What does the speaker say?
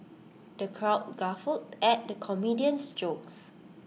the crowd guffawed at the comedian's jokes